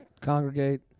Congregate